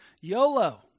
YOLO